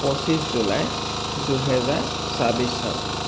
পঁচিছ জুলাই দুহেজাৰ চাব্বিছ চন